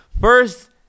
First